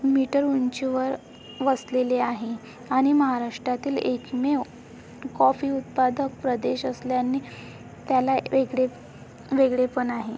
metre उंचीवर वसलेले आहे आणि महाराष्ट्रातील एकमेव कॉफी उत्पादक प्रदेश असल्याने त्याला वेगळे वेगळेपण आहे